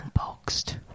Unboxed